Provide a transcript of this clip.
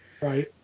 Right